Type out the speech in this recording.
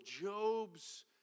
Job's